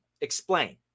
Explain